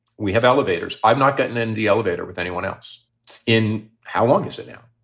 we have elevators. i've not gotten in the elevator with anyone else in. how long is it now?